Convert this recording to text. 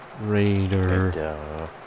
Raider